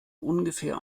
ungefähr